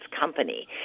company